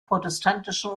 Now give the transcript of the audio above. protestantischen